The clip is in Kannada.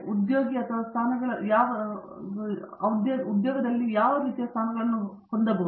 ಉದ್ಯೋಗಿ ಅಥವಾ ಸ್ಥಾನಗಳನ್ನು ತಿಳಿದಿರುವ ಅವರು ರಾಸಾಯನಿಕ ಎಂಜಿನಿಯರಿಂಗ್ನಲ್ಲಿ ಎಂಎಸ್ ಅಥವಾ ಪಿಹೆಚ್ಡಿ ಪದವಿಯನ್ನು ಪಡೆದುಕೊಳ್ಳಲು ಏನು ಪ್ರಯೋಜನ ಪಡೆಯುತ್ತಾರೆ